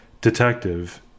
detective